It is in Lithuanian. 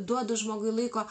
duodu žmogui laiko